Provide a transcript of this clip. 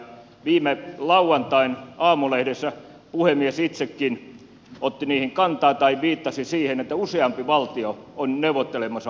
viime lauantain aamulehdessä puhemies itsekin otti niihin kantaa tai viittasi siihen että useampi valtio on neuvottelemassa vakuuksista